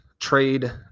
trade